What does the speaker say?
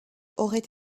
auraient